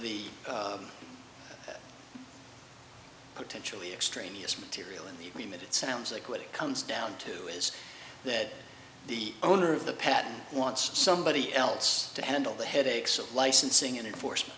the potentially extraneous material in the remit it sounds like what it comes down to is that the owner of the patent wants somebody else to handle the headaches of licensing in a force